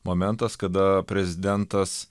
momentas kada prezidentas